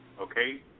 Okay